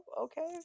okay